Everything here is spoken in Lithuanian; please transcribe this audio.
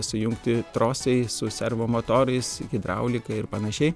sujungti trosai su servomotorais hidraulika ir panašiai